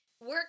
work